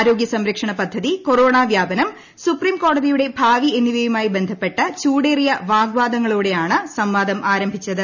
ആരോഗ്യ സംരക്ഷണപദ്ധതി കൊറോണ വ്യാപനം സുപ്രീംകോടതിയുടെ ഭാവി എന്നിവയുമായി ബന്ധപ്പെട്ട ചൂടേറിയ വാഗ്വാദങ്ങളോടെയാണ് സംവാദം ആരംഭിച്ചത്